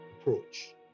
approach